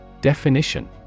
Definition